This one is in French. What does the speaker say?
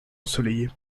ensoleillés